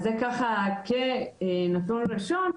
אז זה ככה כנתון ראשון,